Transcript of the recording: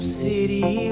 city